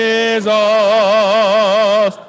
Jesus